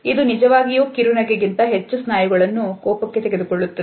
ಇದು ನಿಜವಾಗಿಯೂ ಕಿರುನಗೆ ಗಿಂತ ಹೆಚ್ಚು ಸ್ನಾಯುಗಳನ್ನು ಕೋಪಕ್ಕೆ ತೆಗೆದುಕೊಳ್ಳುತ್ತದೆ